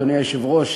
אדוני היושב-ראש,